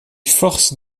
forces